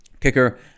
Kicker